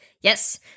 yes